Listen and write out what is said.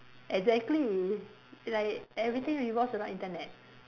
exactly like everything revolves around Internet